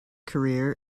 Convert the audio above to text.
career